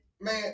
man